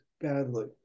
badly